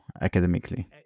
academically